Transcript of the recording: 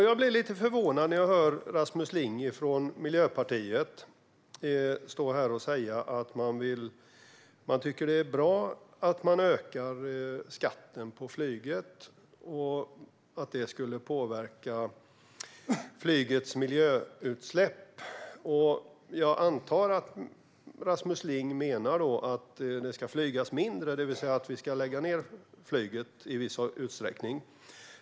Jag blir lite förvånad när jag hör Rasmus Ling från Miljöpartiet stå här och säga att det är bra att man ökar skatten på flyget och att det skulle påverka flygets miljöutsläpp. Jag antar att Rasmus Ling då menar att det ska flygas mindre, det vill säga att vi ska lägga ned flyget i viss utsträckning.